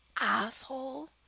asshole